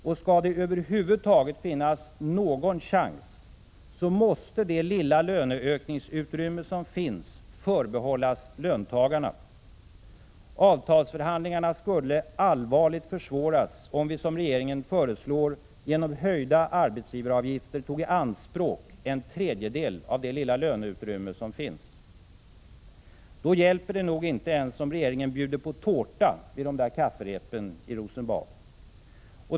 Och skall det över huvud taget finnas någon chans, måste det lilla löneökningsutrymme som finns förbehållas löntagarna. Avtalsförhandlingarna skulle allvarligt försvåras om vi, som regeringen föreslår, genom höjda arbetsgivaravgifter tog i anspråk en tredjedel av det lilla löneutrymme som finns. Då hjälper det nog inte ens om regeringen bjuder på tårta vid de där kafferepen i Rosenbad.